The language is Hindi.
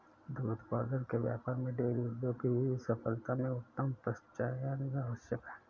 दुग्ध उत्पादन के व्यापार में डेयरी उद्योग की सफलता में उत्तम पशुचयन आवश्यक है